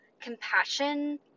compassion